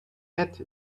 ate